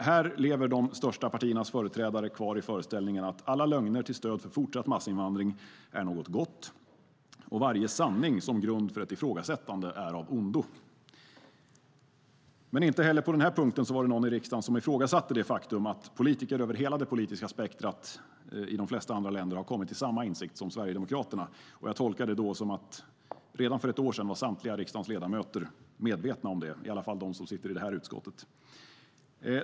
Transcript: Här lever dock de största partiernas företrädare kvar i föreställningen att alla lögner till stöd för fortsatt massinvandring är någonting gott och att varje sanning som grund för ett ifrågasättande är av ondo. Inte heller på denna punkt var det någon i riksdagen som ifrågasatte det faktum att politiker över hela det politiska spektrumet i de flesta andra länder har kommit till samma insikt som Sverigedemokraterna. Jag tolkar det som att samtliga riksdagens ledamöter, i alla fall de som sitter i det här utskottet, var medvetna om detta redan för ett år sedan.